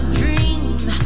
dreams